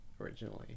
originally